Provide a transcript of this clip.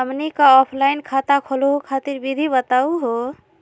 हमनी क ऑफलाइन खाता खोलहु खातिर विधि बताहु हो?